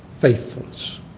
faithfulness